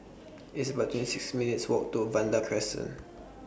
It's about twenty six minutes' Walk to Vanda Crescent